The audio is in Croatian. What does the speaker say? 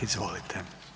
Izvolite.